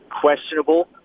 Questionable